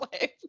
life